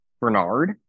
Bernard